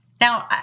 Now